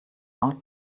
art